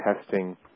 testing